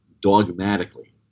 dogmatically